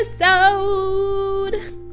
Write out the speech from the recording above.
episode